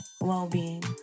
well-being